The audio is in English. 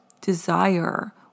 desire